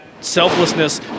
selflessness